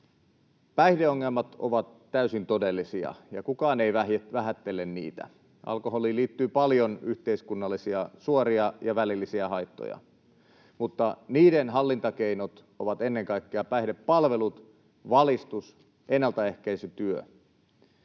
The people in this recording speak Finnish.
Päihdeongelmat ovat täysin todellisia, ja kukaan ei vähättele niitä. Alkoholiin liittyy paljon yhteiskunnallisia, suoria ja välillisiä, haittoja, mutta niiden hallintakeinot ovat ennen kaikkea päihdepalvelut, valistus ja ennalta ehkäisevä työ.